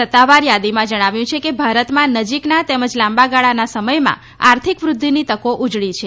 સત્તાવાર યાદીમાં જણાવ્યું છે કે ભારતમાં નજીકના તેમજ લાંબાગાળાના સમયમાં આર્થિક વૃદ્ધિની તકો ઉજળી છે